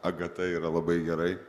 agata yra labai gerai